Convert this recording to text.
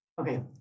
okay